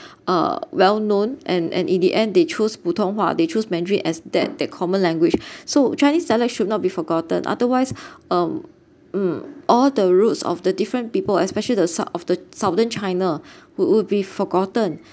uh well known and and in the end they choose 普通话 they choose mandarin as that that common language so chinese dialects should not be forgotten otherwise um mm all the roots of the different people especially the south of the southern china would would be forgotten